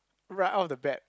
write out the bet